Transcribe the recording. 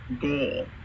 goal